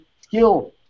skill